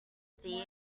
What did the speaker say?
idea